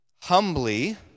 humbly